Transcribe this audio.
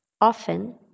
often